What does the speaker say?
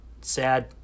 sad